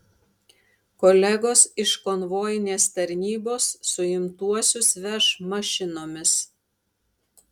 kolegos iš konvojinės tarnybos suimtuosius veš mašinomis